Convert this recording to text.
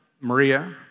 Maria